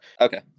okay